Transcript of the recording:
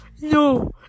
No